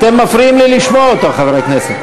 אתם מפריעים לי לשמוע אותו, חברי הכנסת.